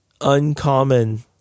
uncommon